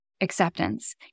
acceptance